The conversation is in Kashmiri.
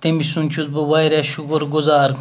تٔمۍ سُنٛد چھُس بہٕ واریاہ شُکُر گُزار